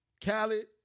Khaled